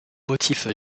motifs